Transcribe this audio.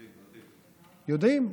יודעים, יודעים.